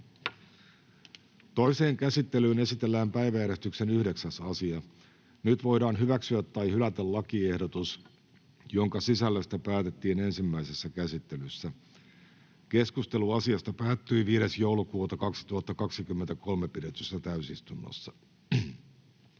Toiseen käsittelyyn esitellään päiväjärjestyksen 12. asia. Nyt voidaan hyväksyä tai hylätä lakiehdotus, jonka sisällöstä päätettiin ensimmäisessä käsittelyssä. — Keskustelu, edustaja Elo, olkaa hyvä. Arvoisa